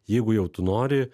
jeigu jau tu nori